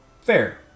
fair